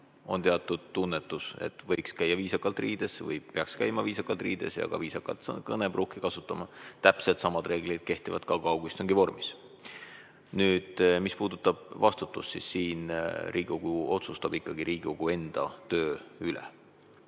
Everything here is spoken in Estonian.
teatud tunnetus, et võiks käia viisakalt riides või peaks käima viisakalt riides ja ka viisakat kõnepruuki kasutama, täpselt samad reeglid kehtivad ka kaugistungi vormis. Nüüd, mis puudutab vastutust, siis Riigikogu otsustab ikkagi Riigikogu enda töö